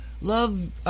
Love